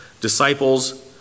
Disciples